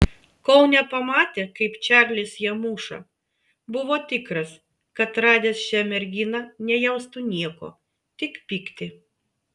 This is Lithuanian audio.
kol nepamatė kaip čarlis ją muša buvo tikras kad radęs šią merginą nejaustų nieko tik pyktį